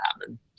happen